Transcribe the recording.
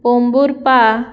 Pomburpa